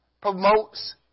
promotes